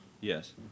Yes